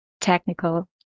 technical